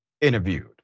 interviewed